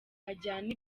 ajyane